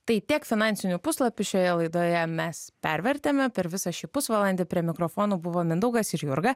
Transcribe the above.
tai tiek finansinių puslapių šioje laidoje mes pervertėme per visą šį pusvalandį prie mikrofono buvo mindaugas ir jurga